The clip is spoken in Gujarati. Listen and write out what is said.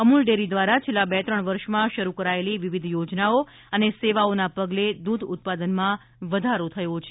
અમૂલ ડેરી દ્વારા છેલ્લા બે ત્રણ વર્ષમાં શરૂ કરાયેલી વિવિધ યોજનાઓ અને સેવાઓના પગલે દૂધ ઉત્પાદનમાં વધારો થયો છે